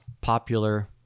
popular